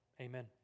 Amen